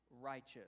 righteous